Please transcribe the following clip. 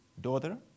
daughter